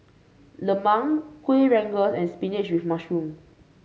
lemang Kueh Rengas and spinach with mushroom